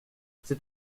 c’est